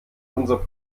unser